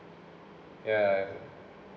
ya